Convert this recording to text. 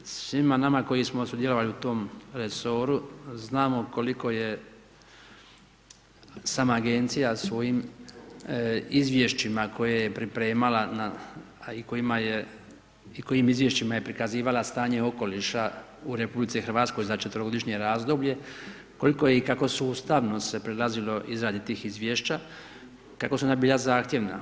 Svima nama koji smo sudjelovali u tom resoru, znamo koliko je sama agencija svojim izvješćima koje je pripremala i kojima je i kojim izvješćima je prikazivala stanje okoliša u RH, za 4 godišnje razdoblje, koliko i kako sustavno se prelazilo izrade tih izvješća, kako su ona bila zahtjevna.